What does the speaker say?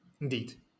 Indeed